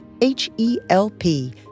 H-E-L-P